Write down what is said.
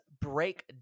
break